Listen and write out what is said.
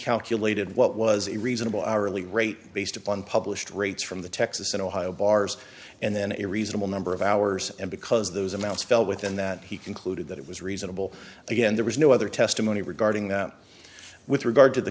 calculated what was a reasonable hourly rate based upon published rates from the texas and ohio bars and then a reasonable number of hours and because those amounts fell within that he concluded that it was reasonable again there was no other testimony regarding that with regard to the